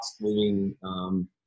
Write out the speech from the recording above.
moving